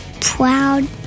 proud